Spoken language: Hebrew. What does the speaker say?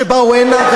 אלה אנשים שבאו הנה,